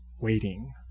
waiting